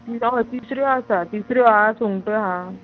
हय तिसऱ्यो आसा तिसऱ्यो आहा सुंगटां आहा